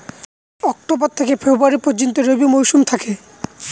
October থেকে February পর্যন্ত রবি মৌসুম থাকে